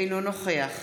אינו נוכח